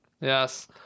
Yes